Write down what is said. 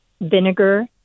vinegar